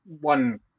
one